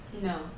No